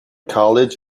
college